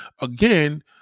again